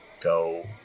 Go